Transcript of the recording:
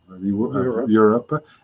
Europe